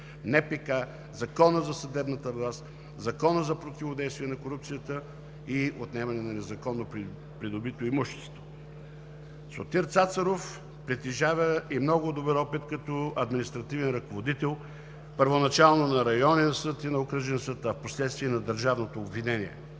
НПК, Закона за съдебната власт, Закона за противодействие на корупцията и за отнемане на незаконно придобитото имущество и други. Сотир Цацаров притежава и много добър опит като административен ръководител, първоначално на районен съд и на окръжен съд, а впоследствие и на държавното обвинение.